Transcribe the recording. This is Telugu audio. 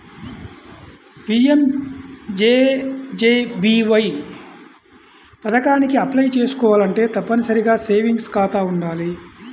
పీయంజేజేబీవై పథకానికి అప్లై చేసుకోవాలంటే తప్పనిసరిగా సేవింగ్స్ ఖాతా వుండాలి